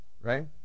Right